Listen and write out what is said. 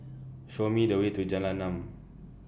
Show Me The Way to Jalan Enam